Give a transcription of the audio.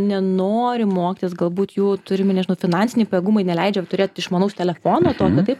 nenori mokytis galbūt jų turimi nežinau finansiniai pajėgumai neleidžia turėt išmanaus telefono tokio taip